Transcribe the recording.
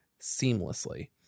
seamlessly